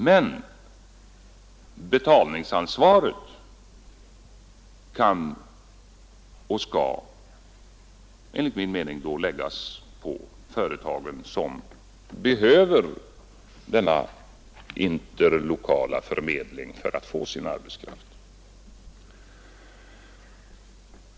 Men betalningsansvaret kan och skall enligt min mening då läggas på företagen, som behöver denna interlokala förmedling för att få sin arbetskraft.